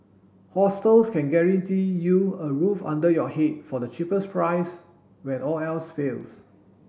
hostels can guarantee you a roof under your head for the cheapest price when all else fails